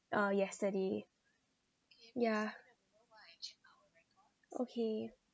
uh yesterday yeah okay